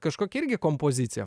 kažkokia irgi kompozicija